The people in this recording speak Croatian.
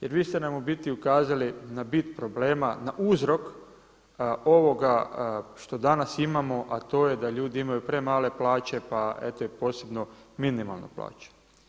Jer vi ste nam u biti ukazali na bit problema, na uzrok ovoga što danas imamo, a to je da ljudi imaju premale plaće, pa eto i posebno minimalne plaće.